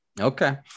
Okay